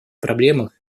проблемах